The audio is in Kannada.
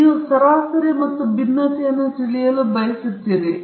ಆದ್ದರಿಂದ ನೀವು ಸರಾಸರಿ ಮತ್ತು ನೀವು ಭಿನ್ನತೆಯನ್ನು ತಿಳಿಯಲು ಬಯಸುತ್ತೀರಿ